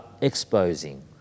exposing